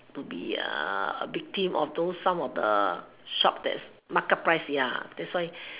to be a victim of those some of the shop that's marked up price ya that's why